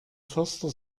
förster